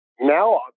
now